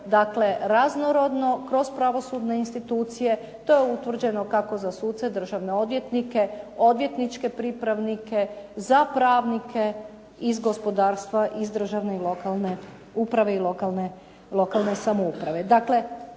dakle raznorodno kroz pravosudne institucije to je utvrđeno kako za suce, državne odvjetnike, odvjetničke pripravnike, za pravnike iz gospodarstva, iz državne lokalne uprave i lokalne samouprave.